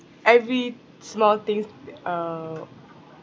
every small things uh